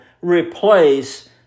replace